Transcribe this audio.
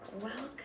Welcome